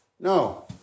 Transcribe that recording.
No